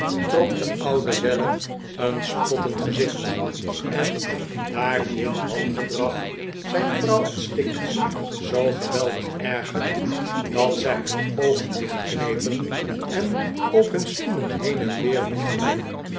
trok de oude weller een spottend gezicht en sam's gasten worden onthaald daar dit wangedrag zijn vrouw en stiggins zoo geweldig ergerde dat zij nun oogen dichtknepen en op hun stoelen heen en weer wiegelden